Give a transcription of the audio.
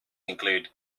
include